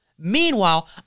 Meanwhile